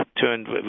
turned